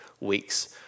weeks